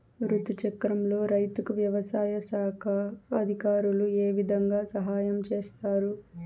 రుతు చక్రంలో రైతుకు వ్యవసాయ శాఖ అధికారులు ఏ విధంగా సహాయం చేస్తారు?